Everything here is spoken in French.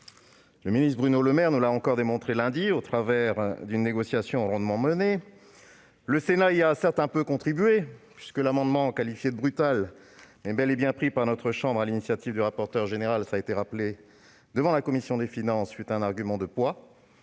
Le ministre Bruno Le Maire nous l'a encore démontré lundi, au travers d'une négociation rondement menée. Le Sénat y a certes un peu contribué, puisque l'amendement, qualifié de « brutal », mais bel et bien voté par notre chambre sur l'initiative du rapporteur général de la commission des finances, fut un argument de poids